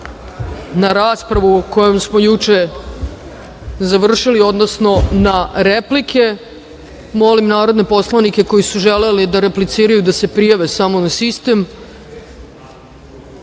na raspravu koju smo juče završili, odnosno na replike. Molim narodne poslanike koji su želeli da repliciraju da se prijave samo na sistem. Reč